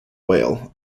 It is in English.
whale